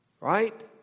Right